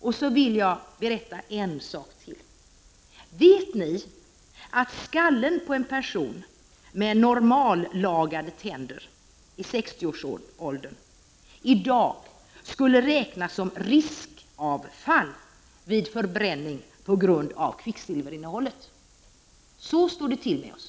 Jag vill berätta en sak till: Vet ni att skallen på en person i 60-årsåldern med normallagade tänder i dag skulle räknas som riskavfall vid förbränning på grund av kvicksilverinnehållet? Så står det till med oss!